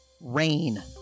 Rain